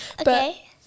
Okay